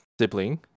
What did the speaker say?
sibling